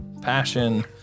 passion